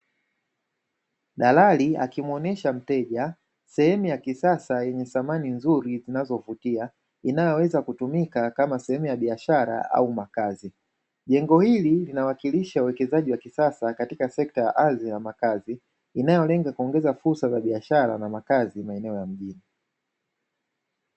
Dalali akimuonyesha mteja sehemu ya kisasa yenye samani zinazovutia, inayoweza kutumika kama sehemu ya biashara au makazi. Jengo hili linawakilisha uwekezaji wa kisasa katika sekta ya ardhi na makazi, inayolenga kuongeza fursa za biashara na makazi maeneo ya mijini.